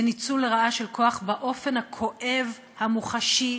זה ניצול לרעה של כוח באופן הכואב, המוחשי,